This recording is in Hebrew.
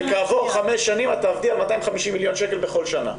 וכעבור 5 שנים את תעבדי על 250 מיליון שקל בכל שנה.